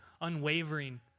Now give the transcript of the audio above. unwavering